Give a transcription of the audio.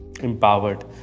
empowered